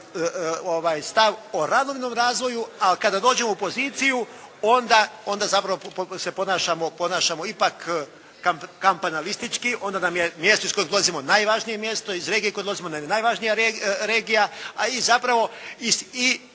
se ne razumije./… razvoju a kada dođemo u poziciju onda zapravo se ponašamo ipak kampanalistički, onda nam je mjesto iz kojeg dolazimo najvažnije mjesto, iz regije iz koje dolazimo nam je najvažnija regija. A i zapravo to